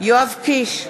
יואב קיש,